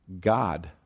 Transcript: God